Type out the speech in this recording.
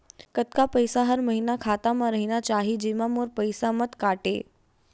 कतका पईसा हर महीना खाता मा रहिना चाही जेमा मोर पईसा मत काटे?